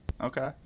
Okay